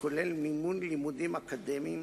הכולל מימון לימודים אקדמיים,